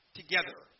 together